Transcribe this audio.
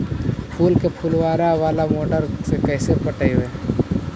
फूल के फुवारा बाला मोटर से कैसे पटइबै?